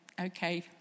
okay